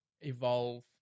evolve